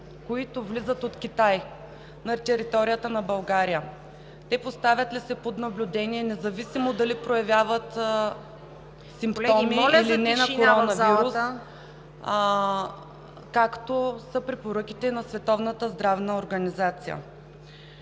които влизат от Китай на територията на България, те поставят ли се под наблюдение, независимо дали проявяват симптоми или не на коронавирус, каквито са препоръките на